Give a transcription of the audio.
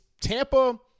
Tampa